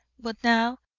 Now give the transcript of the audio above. but now,